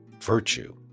virtue